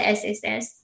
sss